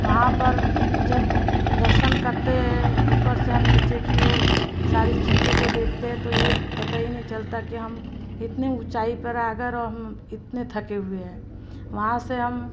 वहाँ पर जब दर्शन करते हैं ऊपर से हम नीचे की ओर सारी चीज़ों को देखते हैं तो ये पता ही नहीं चलता कि हम इतनी ऊँचाई पर आ गए और हम इतने थके हुए हैं वहाँ से हम